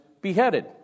beheaded